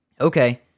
Okay